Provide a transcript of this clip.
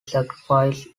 sacrifice